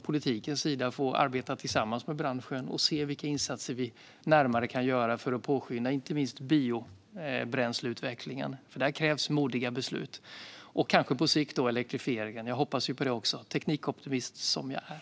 Politiken får här arbeta tillsammans med branschen och se vilka insatser vi kan göra för att påskynda inte minst biobränsleutvecklingen - här krävs modiga beslut - och kanske på sikt elektrifieringen. Jag hoppas på den också, teknikoptimist som jag är.